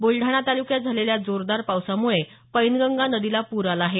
बुलडाणा तालुक्यात झालेल्या जोरदार पावसामुळे पैनगंगा नदीला पुर आला आहे